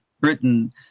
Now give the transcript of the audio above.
Britain